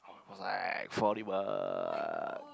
was like Forty One